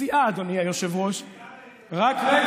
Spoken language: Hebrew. בשיאה, רק רגע,